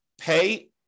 pay